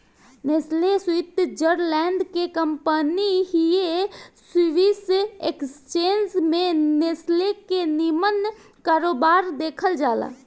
Nestle Switzerland के company हिय Swiss exchange में नेस्ले के निमन कारोबार देखल जाला